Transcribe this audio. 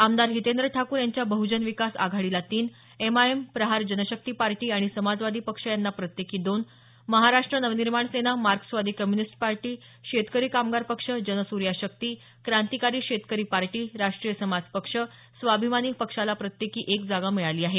आमदार हितेंद्र ठाकूर यांच्या बहुजन विकास आघाडीला तीन एमआयएम प्रहार जनशक्ती पार्टी आणि समाजवादी पक्ष यांना प्रत्येकी दोन Maharashtra Navnirman Sena Marxwadi communist party Shetkari Kamgar Paksha Jansurya Shakti Krantikari Shetkari party Rashtriya Samaj Paksha Swabhimani पक्षाला एक जागा मिळाली आहे